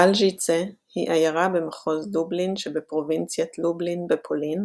בלז'יצה היא עיירה במחוז לובלין שבפרובינציית לובלין בפולין,